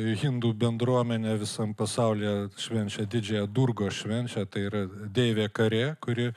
hindu bendruomenė visam pasaulyje švenčia didžiąją durgos švenčia tai yra deivė karė kuri